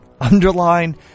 underline